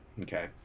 Okay